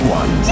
one